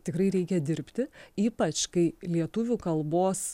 tikrai reikia dirbti ypač kai lietuvių kalbos